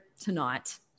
tonight